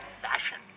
fashion